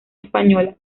española